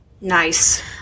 Nice